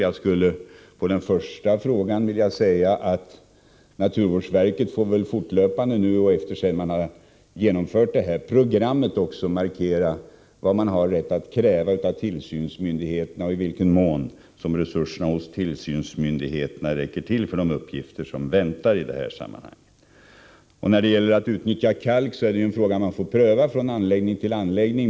Jag skulle på den första frågan vilja svara att naturvårdsverket fortlöpande, sedan man genomfört detta program, kommer att markera vad man har rätt att kräva av tillsynsmyndigheterna och i vilken mån resurserna hos dessa räcker till för de uppgifter som väntar i detta sammanhang. När det gäller utnyttjandet av kalk är det en fråga som man får pröva från anläggning till anläggning.